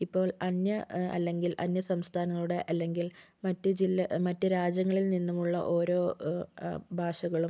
ഇപ്പോൾ അന്യ അല്ലെങ്കിൽ അന്യസംസ്ഥാനങ്ങളുടെ അല്ലെങ്കിൽ മറ്റു ജില്ല മറ്റു രാജ്യങ്ങളിൽ നിന്നുമുള്ള ഓരോ ഭാഷകളും